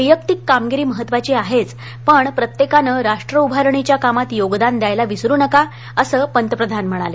वैयक्तिक कामगिरी महत्त्वाची आहेच पण प्रत्येकानं राष्ट्र उभारणीच्या कामात योगदान द्यायला विसरू नका असं पंतप्रधान म्हणाले